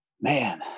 Man